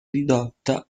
ridotta